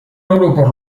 aeroport